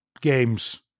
games